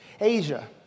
Asia